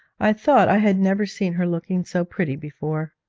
i thought i had never seen her looking so pretty before.